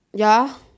ya